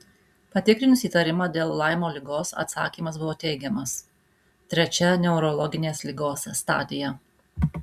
patikrinus įtarimą dėl laimo ligos atsakymas buvo teigiamas trečia neurologinė ligos stadija